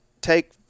take –